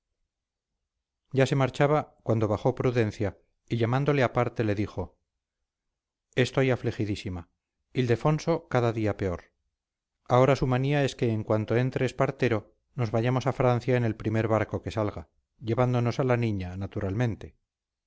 ya se marchaba cuando bajó prudencia y llamándole aparte le dijo estoy afligidísima ildefonso cada día peor ahora su manía es que en cuanto entre espartero nos vayamos a francia en el primer barco que salga llevándonos a la niña naturalmente